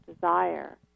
desire